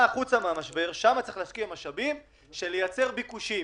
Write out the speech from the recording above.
כדי להשקיע את המשאבים בלייצר ביקושים.